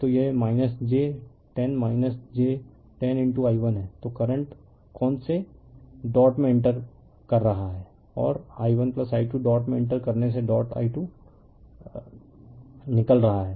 तो यह j 10 j 10i1 है तो करंट कोन से डॉट में इंटर कर रहा है और i1i2 डॉट में इंटर करने से डॉट i2 निकल रहा है